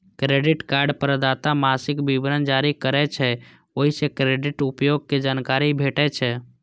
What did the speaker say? credit card प्रदाता मासिक विवरण जारी करै छै, ओइ सं क्रेडिट उपयोग के जानकारी भेटै छै